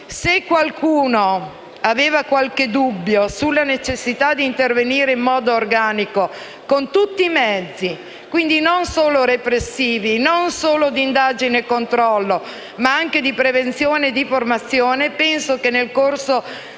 Se qualcuno aveva qualche dubbio sulla necessità di intervenire in modo organico, con tutti i mezzi (non solo repressivi e d'indagine e controllo, ma anche di prevenzione e di formazione) penso che, nel corso